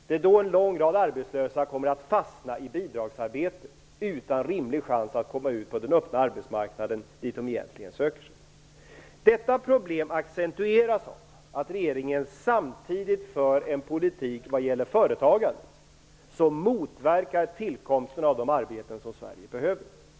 Det är då en lång rad arbetslösa kommer att fastna i bidragsarbete utan rimlig chans att komma ut på den öppna arbetsmarknaden, dit de egentligen söker sig. Detta problem accentueras av att regeringen samtidigt för en politik vad gäller företagandet som motverkar tillkomsten av de arbeten som Sverige behöver.